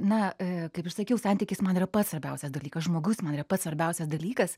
na kaip ir sakiau santykis man yra pats svarbiausias dalykas žmogus man yra pats svarbiausias dalykas